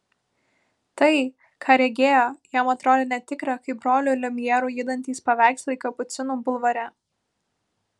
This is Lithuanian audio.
tai ką regėjo jam atrodė netikra kaip brolių liumjerų judantys paveikslai kapucinų bulvare